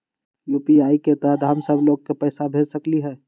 UPI के तहद हम सब लोग को पैसा भेज सकली ह?